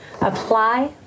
apply